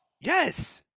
Yes